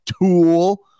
Tool